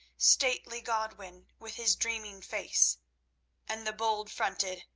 stately godwin, with his dreaming face and the bold-fronted,